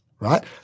Right